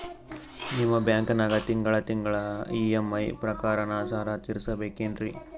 ನಿಮ್ಮ ಬ್ಯಾಂಕನಾಗ ತಿಂಗಳ ತಿಂಗಳ ಇ.ಎಂ.ಐ ಪ್ರಕಾರನ ಸಾಲ ತೀರಿಸಬೇಕೆನ್ರೀ?